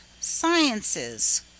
sciences